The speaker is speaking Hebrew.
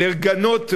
לגנות,